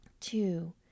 two